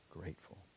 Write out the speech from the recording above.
grateful